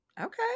Okay